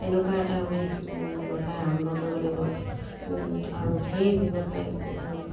এনেকুৱা এটা আমি ব্যৱসায় আৰম্ভ কৰিব লাগিব আৰু সেই ব্যৱসায়